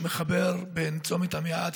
המחבר בין צומת עמיעד,